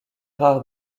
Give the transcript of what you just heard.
rares